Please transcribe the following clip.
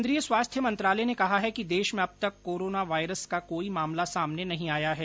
केन्द्रीय स्वास्थ्य मंत्रालय ने कहा है कि देश में अब तक कोरोना वायरस का कोई मामला सामने नहीं आया है